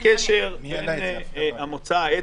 אין קשר בין המוצא האתני,